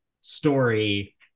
story